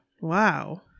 wow